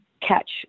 catch